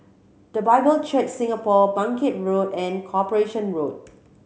The Bible Church Singapore Bangkit Road and Corporation Road